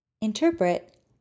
Interpret